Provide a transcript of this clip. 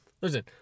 Listen